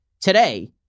today